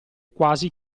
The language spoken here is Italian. quasi